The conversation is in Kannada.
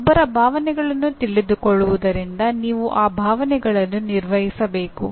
ಒಬ್ಬರ ಭಾವನೆಗಳನ್ನು ತಿಳಿದುಕೊಳ್ಳುವುದರಿಂದ ನೀವು ಆ ಭಾವನೆಗಳನ್ನು ನಿರ್ವಹಿಸಬೇಕು